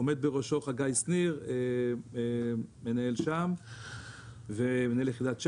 עומד בראשו חגי שניר והוא מנהל יחידת שה"מ,